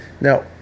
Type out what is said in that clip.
Now